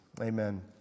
Amen